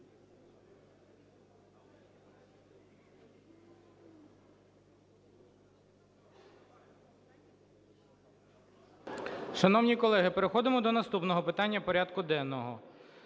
Шановні колеги, переходимо до розгляду питань прядку денного.